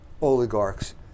oligarchs